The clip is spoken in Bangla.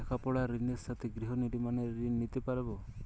লেখাপড়ার ঋণের সাথে গৃহ নির্মাণের ঋণ নিতে পারব?